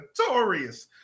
notorious